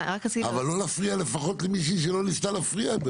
אבל לא להפריע לפחות למישהי שלא ניסתה להפריע.